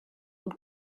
und